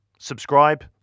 Subscribe